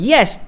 Yes